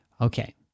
Okay